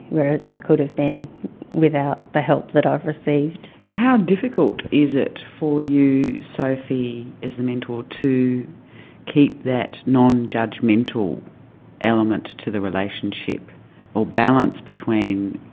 whereas i could've been without the help that i've received. how difficult is it for you, sophie, as the mentor, to keep that non-judgmental element to the relationship or balance between,